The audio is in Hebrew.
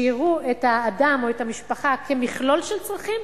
שיראו את האדם או את המשפחה כמכלול של צרכים,